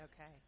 Okay